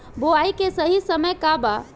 बुआई के सही समय का वा?